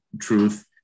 truth